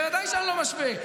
בוודאי שאני לא משווה.